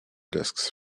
disks